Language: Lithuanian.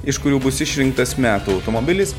iš kurių bus išrinktas metų automobilis